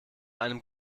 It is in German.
einem